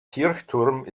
kirchturm